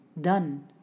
done